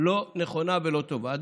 לא נכונה ולא טובה.